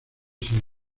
sin